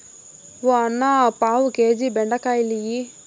ఓ అన్నా, పావు కేజీ బెండకాయలియ్యి